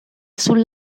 sul